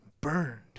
burned